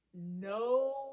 no